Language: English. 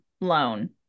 loan